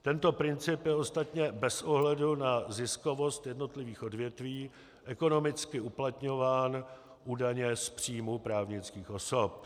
Tento princip je ostatně bez ohledu na ziskovost jednotlivých odvětví ekonomicky uplatňován u daně z příjmů právnických osob.